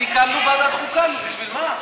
סיכמנו ועדת חוקה, נו,